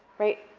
right.